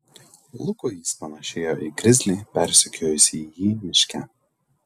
lukui jis panėšėjo į grizlį persekiojusį jį miške